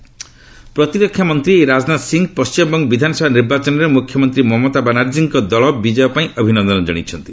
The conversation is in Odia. ରାଜନାଥ ସିଂହ ପ୍ରତିରକ୍ଷା ମନ୍ତ୍ରୀ ରାଜନାଥ ସିଂହ ପଶ୍ଚିମବଙ୍ଗ ବିଧାନସଭା ନିର୍ବାଚନରେ ମୁଖ୍ୟମନ୍ତ୍ରୀ ମମତା ବାନାର୍ଜୀଙ୍କ ପାର୍ଟିର ବିଜୟ ପାଇଁ ଅଭିନନ୍ଦନ ଜଣାଇଛନ୍ତି